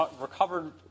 recovered